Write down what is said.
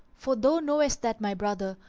for thou knowest that my brother,